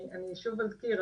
אני שוב אזכיר,